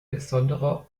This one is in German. besonderer